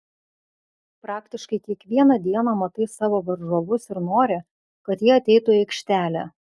praktiškai kiekvieną dieną matai savo varžovus ir nori kad jie ateitų į aikštelę